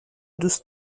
دوست